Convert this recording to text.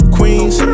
Queens